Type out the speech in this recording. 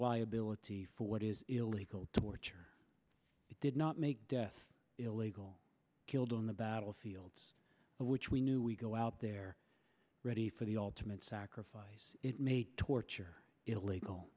liability for what is illegal torture it did not make death illegal killed on the battlefields which we knew we go out there ready for the ultimate sacrifice it made torture illegal